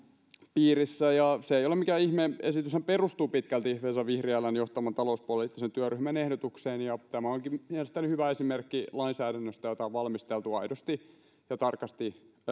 piirissä ja se ei ole mikään ihme esityshän perustuu pitkälti vesa vihriälän johtaman talouspoliittisen työryhmän ehdotukseen ja tämä onkin mielestäni hyvä esimerkki lainsäädännöstä jota on valmisteltu aidosti ja tarkasti